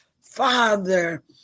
father